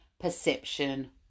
perception